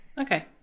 okay